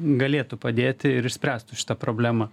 galėtų padėti ir išspręstų šitą problemą